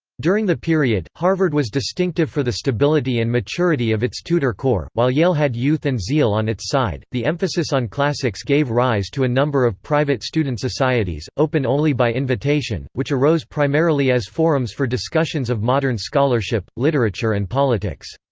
during the period, harvard was distinctive for the stability and maturity of its tutor corps, while yale had youth and zeal on its side the emphasis on classics gave rise to a number of private student societies, open only by invitation, which arose primarily as forums for discussions of modern scholarship, literature and politics.